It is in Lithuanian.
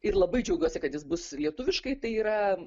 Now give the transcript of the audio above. ir labai džiaugiuosi kad jis bus lietuviškai tai yra